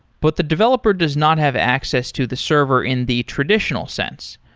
but the developer does not have access to the server in the traditional sense.